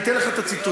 אני אתן לך את הציטוט.